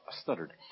stuttered